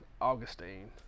Augustine